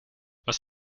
was